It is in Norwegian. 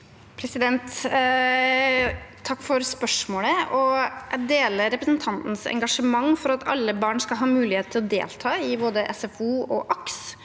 Takk for spørsmålet. Jeg deler representantens engasjement for at alle barn skal ha mulighet til å delta i både SFO og AKS.